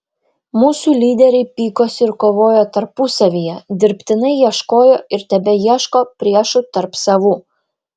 mūsų lyderiai pykosi ir kovojo tarpusavyje dirbtinai ieškojo ir tebeieško priešų tarp savų